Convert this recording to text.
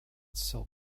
silk